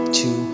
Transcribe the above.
two